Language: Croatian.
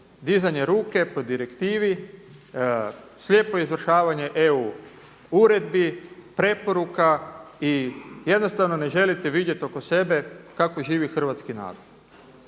dizanje ruke po direktivi, slijepo izvršavanje EU uredbi, preporuka i jednostavno ne želite vidjeti oko sebe kako živi hrvatski narod.